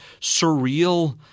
surreal